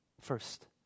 First